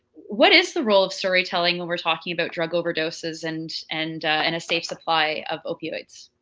what is the role of story telling when we're talking about drug overdoses and and and a safe supply of opioids?